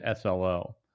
SLO